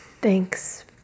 thanks